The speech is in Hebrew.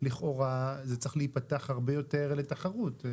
זה צריך להיפתח הרבה יותר לתחרות.